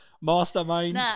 mastermind